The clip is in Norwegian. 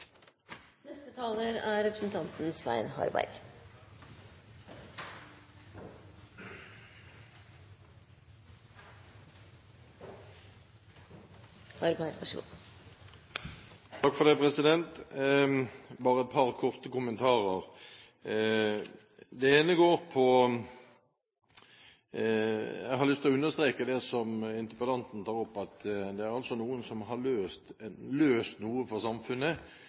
bare et par korte kommentarer. Jeg har lyst til å understreke det som interpellanten tar opp, at det er noen som har løst noe for samfunnet ved alle de ekstra som har fått studieplass. Det er klart at alternativet hadde vært fryktelig dårlig for